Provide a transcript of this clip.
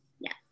Yes